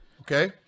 okay